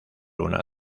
una